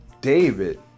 David